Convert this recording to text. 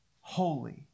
holy